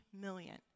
million